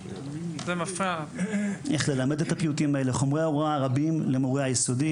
אותם וחומרי הוראה רבים למורי היסודי.